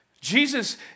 Jesus